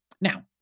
now